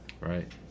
Right